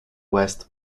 west